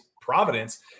Providence